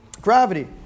gravity